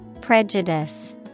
Prejudice